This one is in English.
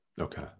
okay